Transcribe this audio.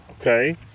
okay